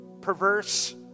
perverse